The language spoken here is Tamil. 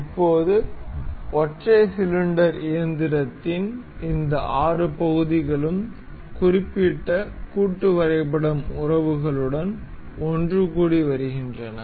இப்போது ஒற்றை சிலிண்டர் இயந்திரத்தின் இந்த 6 பகுதிகளும் குறிப்பிட்ட கூட்டு வரைபடம் உறவுகளுடன் ஒன்றுகூடி வருகின்றன